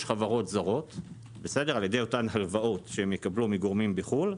חברות זרות על ידי אותן הלוואות שהן יקבלו מגורמים בחו"ל.